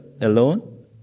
alone